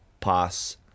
pass